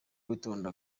witonda